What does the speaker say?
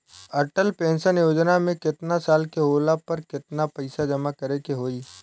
Atal pension Yojana मे केतना साल के होला पर केतना पईसा जमा करे के होई?